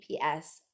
GPS